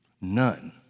None